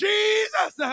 Jesus